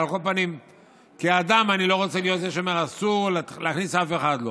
אבל על כל פנים כאדם אני לא רוצה להיות זה שאומר שאסור להכניס אף אחד.